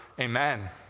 Amen